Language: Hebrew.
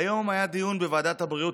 היום היה דיון בוועדת הבריאות,